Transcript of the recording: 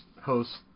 host